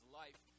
life